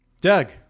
Doug